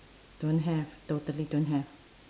don't have totally don't have